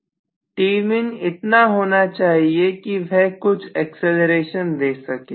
professor Tmin इतना होना चाहिए कि वह कुछ एक्सीलरेशन दे सके